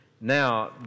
Now